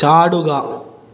ചാടുക